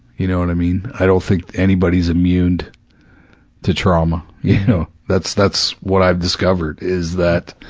you know what i mean. i don't think anybody's immune to trauma, you know? that's, that's what i've discovered is that,